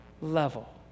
level